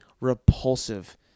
repulsive